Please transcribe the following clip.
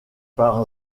par